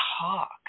talk